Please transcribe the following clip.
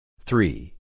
Three